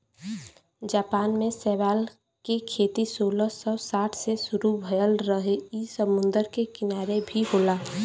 Japan में शैवाल के खेती सोलह सौ साठ से शुरू भयल रहे इ समुंदर के किनारे भी होला